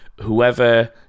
whoever